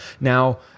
now